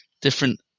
different